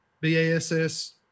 BASS